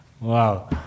Wow